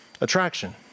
Attraction